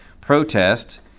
protest